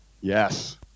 Yes